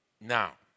Now